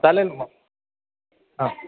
चालेल मग हां